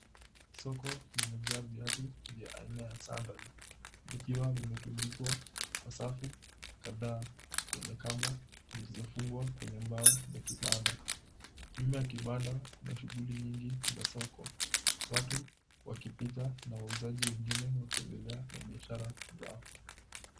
Soko limejaa viatu vya aina ya sanda ikiwa vimetundikwa kwa safu kadhaa kwenye kamba zilizofungwa kwenye mbao za kibanda. Nyuma ya kibanda kuna shughuli nyingi za soko. Watu wakipita na wauzaji wengine wakiendelea na biashara zao.